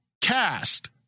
cast